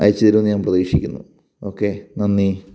അയച്ചു തരുമെന്ന് ഞാൻ പ്രതീക്ഷിക്കുന്നു ഓക്കേ നന്ദി